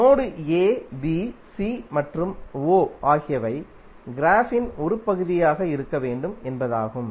node a b c மற்றும் o ஆகியவை க்ராஃப்பின் ஒரு பகுதியாக இருக்க வேண்டும் என்பதாகும்